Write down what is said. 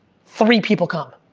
three people come,